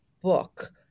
book